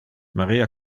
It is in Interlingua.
maria